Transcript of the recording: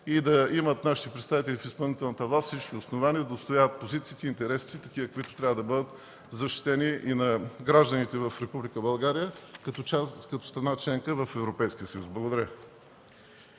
и нашите представители в изпълнителната власт да имат всички основания да отстояват позициите и интересите такива, каквито трябва да бъдат защитени, и на гражданите в Република България като страна членка в Европейския съюз. Благодаря.